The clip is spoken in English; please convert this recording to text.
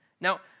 Now